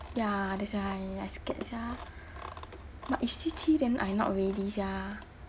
ya that's why I scared sia but if C_T then I not ready sia